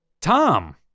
Tom